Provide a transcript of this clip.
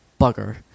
bugger